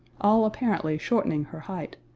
all apparently shortening her height,